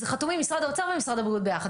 חתומים משרד האוצר ומשרד הבריאות ביחד.